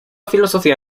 filosofía